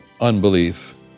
unbelief